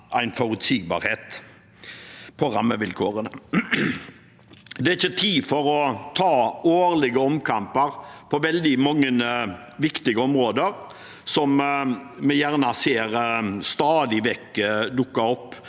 forutsigbarhet på rammevilkårene. Det er ikke tid for å ta årlige omkamper på veldig mange viktige områder som vi stadig vekk ser at dukker opp